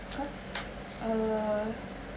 cause err